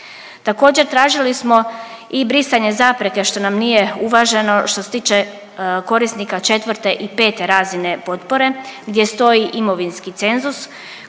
Također tražili smo i brisanje zapreke što nam nije uvaženo što se tiče korisnika četvrte i pete razine potpore gdje stoji imovinski cenzus